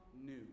new